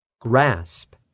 Grasp